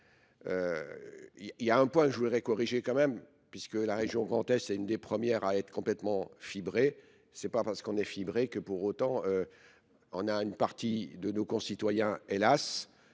Il y a un point que je voudrais corriger quand même puisque la région Grand Est est une des premières à être complètement fibrée. Ce n'est pas parce qu'on est fibré que pour autant on a une partie de nos concitoyens, hélas,